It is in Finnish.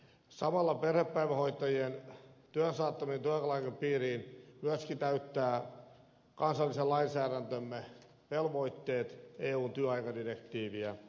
samalla perhepäivähoitajien työn saattaminen työaikalain piiriin myöskin täyttää kansallisen lainsäädäntömme velvoitteet eun työaikadirektiiviä kohtaan